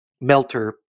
melter